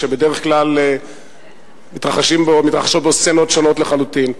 שבדרך כלל מתרחשות בו סצנות שונות לחלוטין.